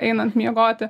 einant miegoti